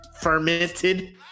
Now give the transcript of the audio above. Fermented